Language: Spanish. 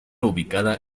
ubicada